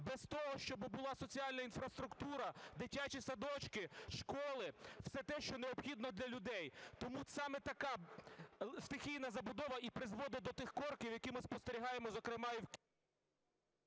без того, щоб була соціальна інфраструктура, дитячі садочки, школи, все те, що необхідно для людей. Тому саме така стихійна забудова і призводить до тих корків, які ми спостерігаємо зокрема і…